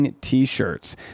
t-shirts